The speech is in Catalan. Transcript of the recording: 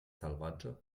salvatge